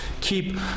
keep